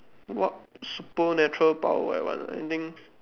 what supernatural power I want anything